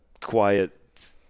quiet